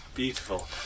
Beautiful